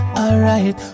alright